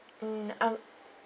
mm um